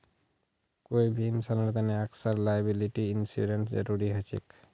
कोई भी इंसानेर तने अक्सर लॉयबिलटी इंश्योरेंसेर जरूरी ह छेक